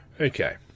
Okay